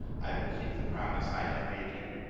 i will keep the promise i have made you.